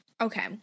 Okay